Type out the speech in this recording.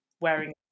wearing